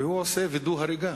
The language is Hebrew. ועושה וידוא הריגה.